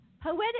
poetic